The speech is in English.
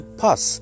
pass